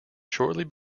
shortly